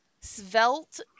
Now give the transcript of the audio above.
svelte